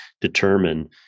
determine